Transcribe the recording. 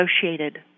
associated